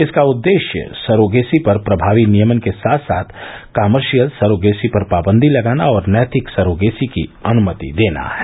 इसका उद्देश्य सरोगेसी पर प्रभावी नियमन के साथ साथ कमर्शियल सरोगेसी पर पाबंदी लगाना और नैतिक सरोगेसी की अनुमति देना है